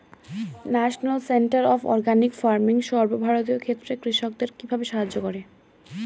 National centre of organic farming সর্বভারতীয় ক্ষেত্রে কৃষকদের কিভাবে সাহায্য করে?